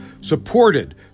supported